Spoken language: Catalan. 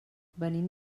venim